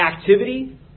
activity